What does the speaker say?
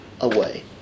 away